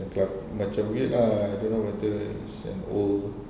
macam macam weird ah I don't know whether it's an old